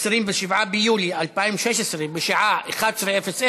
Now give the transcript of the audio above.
27 ביולי 2016, בשעה 11:00.